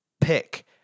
pick